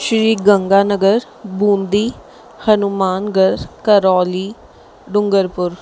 Shri Ganganagar Bundi Hanumangarh Karauli Dungarpur